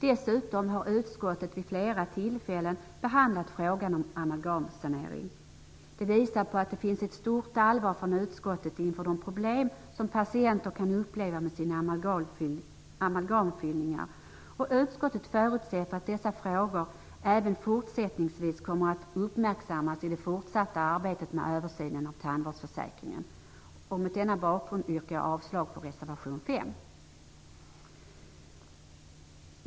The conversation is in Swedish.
Dessutom har utskottet vid flera tillfällen behandlat frågan om amalgamsanering. Det visar på att det finns ett stort allvar från utskottet inför de problem som patienter kan uppleva med sina amalgamfyllningar. Utskottet förutsätter att dessa frågor även fortsättningsvis kommer att uppmärksammas i det fortsatta arbetet med översynen av tandvårdsförsäkringen. Mot denna bakgrund yrkar jag avslag på reservation 5.